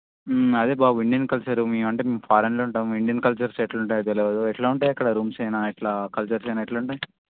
అదే బాబు Indian culture మేము అంటే ఫారెన్లో ఉంటాం ఇండియన్ కల్చర్స్ ఎట్ల ఉంటాయో తెలియదు ఎట్లా ఉంటాయి అక్కడ రూమ్స్ అయిన ఇట్లా కల్చర్స్ అయిన ఎట్ల ఉంటాయి